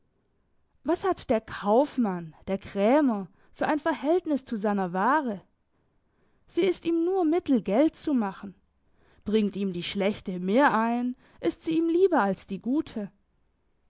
was hat der kaufmann der krämer für ein verhältnis zu seiner ware sie ist ihm nur mittel geld zu machen bringt ihm die schlechte mehr ein ist sie ihm lieber als die gute